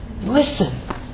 Listen